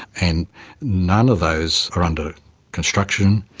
and none of those are under construction.